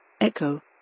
Echo